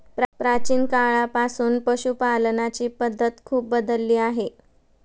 प्राचीन काळापासून पशुपालनाची पद्धत खूप बदलली आहे